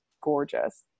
gorgeous